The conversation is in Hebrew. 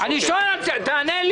נכנסנו,